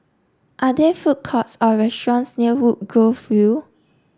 are there food courts or restaurants near Woodgrove View